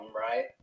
right